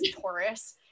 Taurus